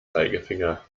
zeigefinger